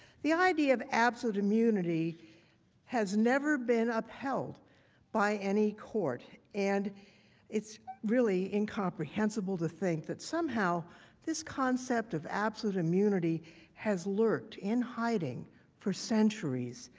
the idea of absolute immunity has never been upheld by any court, and it really incomprehensible to think that somehow this concept of absolute immunity has lurked in hiding for centuries,